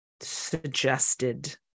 suggested